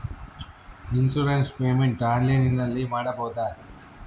Insurance payment ಆನ್ಲೈನಿನಲ್ಲಿ ಮಾಡಬಹುದಾ?